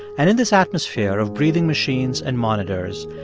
and in this atmosphere of breathing machines and monitors,